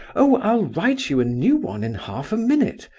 oh, i'll write you a new one in half a minute,